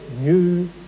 new